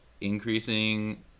increasing